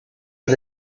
but